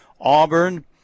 Auburn